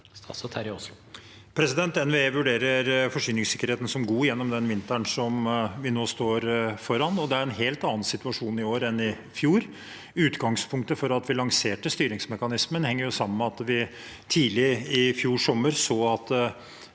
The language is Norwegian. NVE vurderer forsyningssikkerheten som god gjennom den vinteren vi nå står foran. Det er en helt annen situasjon i år enn i fjor. Utgangspunktet for at vi lanserte styringsmekanismen, henger sammen med at vi tidlig i fjor sommer så at